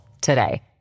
today